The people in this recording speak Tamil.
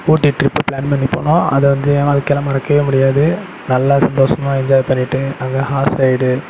ஊட்டி ட்ரிப்பு பிளான் பண்ணி போனோம் அதை வந்து என் வாழ்க்கையில் மறக்க முடியாது நல்லா சந்தோஷமாக என்ஜாய் பண்ணிவிட்டு அங்கே ஹார்ஸ் ரைடு